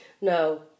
No